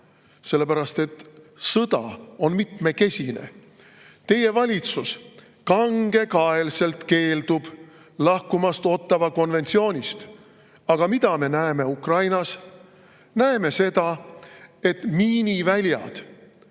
sellepärast et sõda on mitmekesine. Teie valitsus kangekaelselt keeldub lahkumast Ottawa konventsioonist. Aga mida me näeme Ukrainas? Näeme seda, et miiniväljad